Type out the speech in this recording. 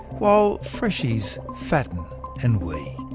while freshies fatten and wee